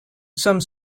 some